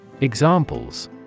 Examples